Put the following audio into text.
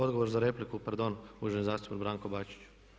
Odgovor za repliku, pardon uvaženi zastupnik Branko Bačić.